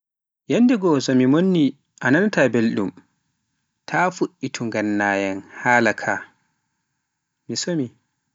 yanndegoo so mi monni a nanaata belɗum, tan fu'iitu nganna yan hala kaa, mi somi